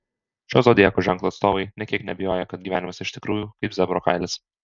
šio zodiako ženklo atstovai nė kiek neabejoja kad gyvenimas iš tikrųjų kaip zebro kailis